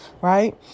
right